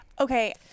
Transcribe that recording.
Okay